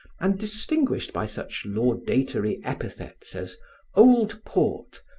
and distinguished by such laudatory epithets as old port,